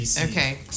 Okay